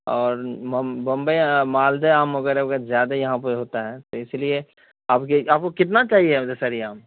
اور بمبئی مالدہ آم وغیرہ زیادہ یہاں پہ ہوتا ہے تو اسی لیے آپ کی آپ کو کتنا چاہیے دسہری آم